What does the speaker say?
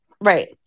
Right